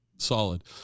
solid